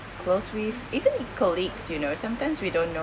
close with even colleagues you know sometimes we don't know